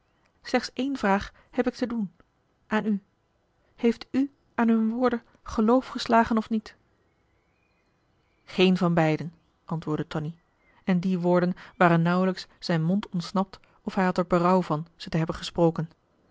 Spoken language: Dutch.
slechts één vraag heb ik te doen aan u heeft u aan hun woorden geloof geslagen of niet geen van beiden antwoordde tonie en die woorden waren nauwelijks zijn mond ontsnapt of hij had er berouw van ze te hebben gesproken